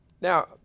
Now